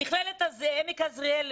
במכללת עמק יזרעאל,